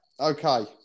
Okay